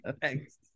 thanks